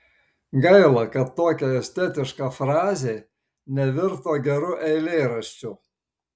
gaila kad tokia estetiška frazė nevirto geru eilėraščiu